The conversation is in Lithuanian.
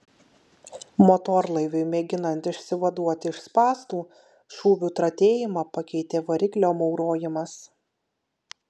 motorlaiviui mėginant išsivaduoti iš spąstų šūvių tratėjimą pakeitė variklio maurojimas